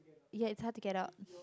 yeah it's hard to get out